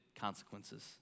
consequences